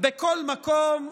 בכל מקום,